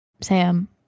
Sam